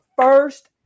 first